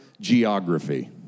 geography